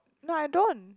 no I don't